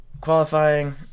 qualifying